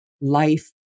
life